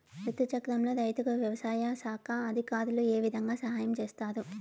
రుతు చక్రంలో రైతుకు వ్యవసాయ శాఖ అధికారులు ఏ విధంగా సహాయం చేస్తారు?